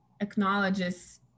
acknowledges